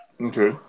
Okay